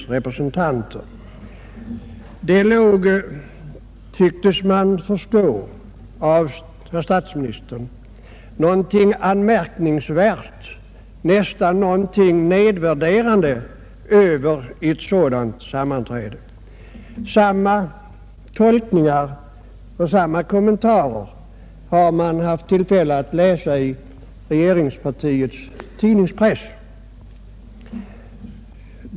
Man tyckte sig av herr statsministerns framställning förstå att det skulle vara något anmärkningsvärt, ja nästan diskrediterande med ett sådant sammanträde. Samma tolkning har man kunnat möta i regeringspartiets tidningspress.